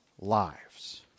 lives